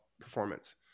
performance